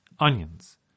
onions